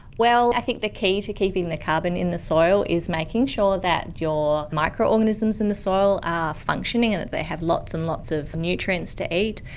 well, i think the key to keeping the carbon in the soil is making sure that your microorganisms in the soil are functioning and that they have lots and lots of nutrients to eat,